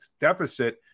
deficit